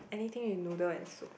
anything with noodle and soup